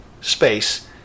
space